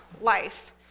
life